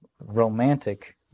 romantic